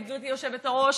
גברתי היושבת-ראש.